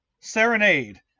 serenade